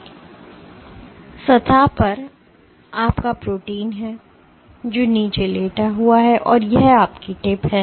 इसलिए सतह पर आपका प्रोटीन है जो नीचे लेटा हुआ है और यह आपकी टिप है